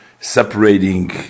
separating